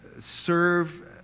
serve